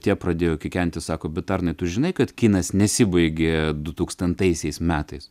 tie pradėjo kikenti sako bet arnai tu žinai kad kinas nesibaigia du tūkstantaisiais metais